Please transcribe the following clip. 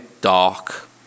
dark